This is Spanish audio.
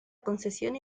concesión